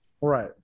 Right